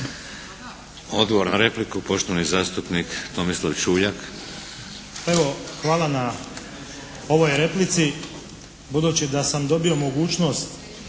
Odgovor na repliku poštovani zastupnik Tomislav Čuljak.